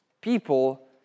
people